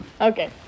Okay